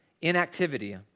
inactivity